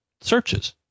searches